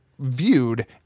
viewed